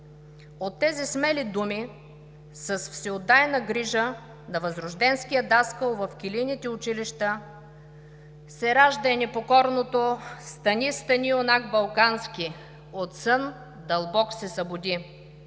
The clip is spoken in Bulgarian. От тези смели думи с всеотдайната грижа на възрожденския даскал в килийните училища се ражда и непокорството на „Стани, стани, юнак балкански, от сън дълбок се събуди“,